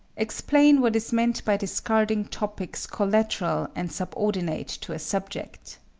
explain what is meant by discarding topics collateral and subordinate to a subject.